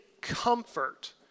comfort